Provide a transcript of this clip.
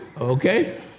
Okay